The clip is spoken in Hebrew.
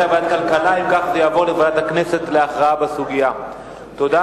חבר הכנסת רותם, אני לא מוסיף